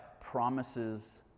promises